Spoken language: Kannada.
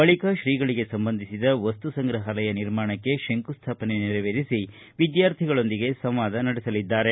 ಬಳಿಕ ಶ್ರೀಗಳಿಗೆ ಸಂಬಂಧಿಸಿದ ವಸ್ತುಗಳ ಸಂಗ್ರಹಾಲಯ ನಿರ್ಮಾಣಕ್ಕೆ ಶಂಕುಸ್ವಾಪನೆ ನೆರವೇರಿಸಿ ವಿದ್ಲಾರ್ಥಿಗಳೊಂದಿಗೆ ಸಂವಾದ ನಡೆಸಲಿದ್ದಾರೆ